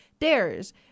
dares